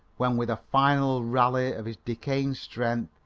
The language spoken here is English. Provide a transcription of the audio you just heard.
when with a final rally of his decaying strength,